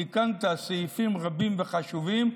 תיקנת סעיפים רבים וחשובים,